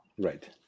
Right